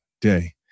day